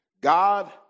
God